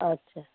আচ্ছা